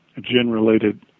Gin-related